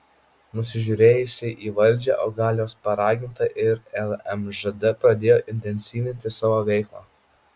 nusižiūrėjusi į valdžią o gal jos paraginta ir lmžd pradėjo intensyvinti savo veiklą